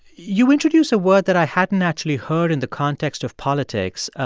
you introduce a word that i hadn't actually heard in the context of politics.